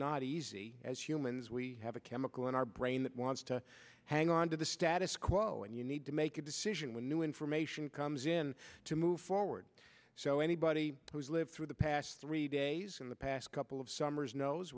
not easy as humans we have a chemical in our brain that wants to hang on to the status quo and you need to make a decision when new information comes in to move forward so anybody who's lived through the past three days in the past couple of summers knows